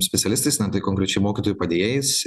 specialistais na tai konkrečiai mokytojų padėjėjais